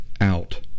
out